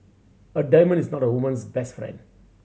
a diamond is not a woman's best friend